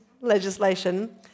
legislation